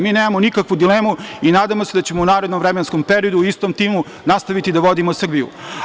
Mi nemamo nikakvu dilemu i nadamo se da ćemo u narednom vremenskom periodu u istom timu nastaviti da vodimo Srbiju.